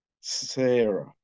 Sarah